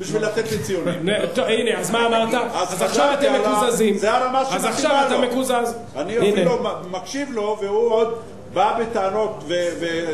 הוא אמר לך לא להגיד לו מה להגיד.